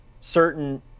certain